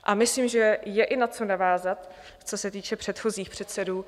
A myslím si, že je i na co navázat, co se týče předchozích předsedů.